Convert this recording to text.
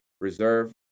reserve